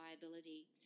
viability